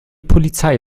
polizei